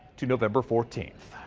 two november fourteenth.